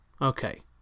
Okay